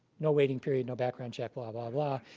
no waiting period, no background check, blah blah blah.